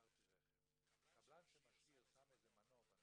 בעיקר אצל קבלנים שעדיין לא